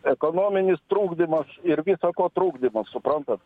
ekonominis trukdymas ir visa ko trukdymas suprantat